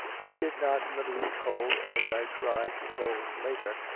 i did not in the least hold, as i tried to hold later,